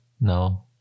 no